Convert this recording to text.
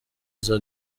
izo